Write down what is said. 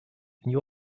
new